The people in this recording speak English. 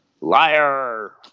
Liar